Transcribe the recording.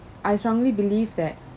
I strongly believe that